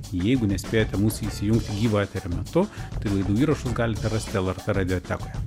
jeigu nespėjote mūsų įsijungti gyvo eterio metu tai laidų įrašus galite rasti lrt radiotekoje